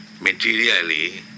Materially